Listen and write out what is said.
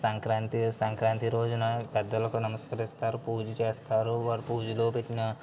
సంక్రాంతి సంక్రాంతి రోజున పెద్దలకు నమస్కరిస్తారు పూజ చేస్తారు వారు పూజలో పెట్టిన